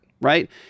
right